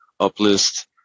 uplist